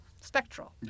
Spectral